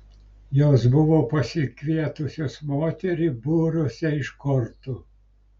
jos buvo pasikvietusios moterį būrusią iš kortų